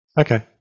Okay